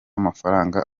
mafaranga